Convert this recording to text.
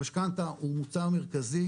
המשכנתא הוא מוצר מרכזי,